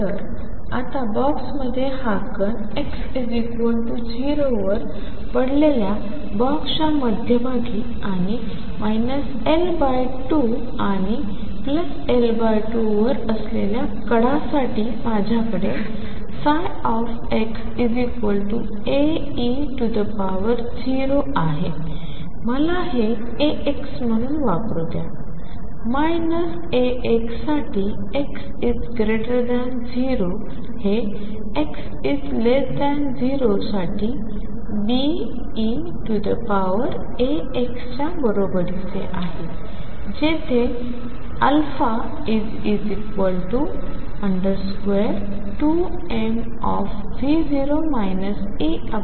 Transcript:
तर आता बॉक्समध्ये हा कण x0 वर पडलेल्या बॉक्सच्या मध्यभागी आणि L2 आणि L2वर असलेल्या कडा साठी माझ्याकडे xAe आहेत मला हे αx म्हून वापरू द्या αx साठी x 0 हे x 0 साठी Beαxच्या बरोबरीचे आहे जेथे α2m2